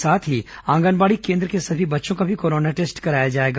साथ ही आंगनबाड़ी केन्द्र के सभी बच्चों का भी कोरोना टेस्ट कराया जाएगा